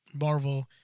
Marvel